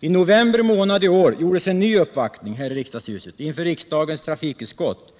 I november månad i år gjordes en ny uppvaktning här i riksdagshuset inför riksdagens trafikutskott.